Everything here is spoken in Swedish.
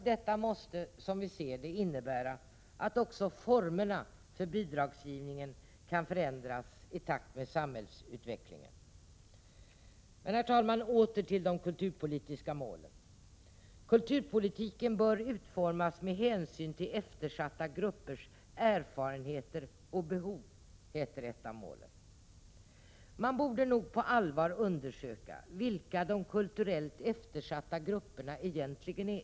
Detta måste, som vi ser det hela, innebära att också formerna för bidragsgivningen kan förändras i takt med samhällsutvecklingen. Herr talman! Så åter till frågan om de kulturpolitiska målen. Kulturpolitiken bör utformas med hänsyn till eftersatta gruppers erfarenheter och behov. Det är ett av målen. Men man borde nog på allvar undersöka vilka de kulturellt eftersatta grupperna egentligen är.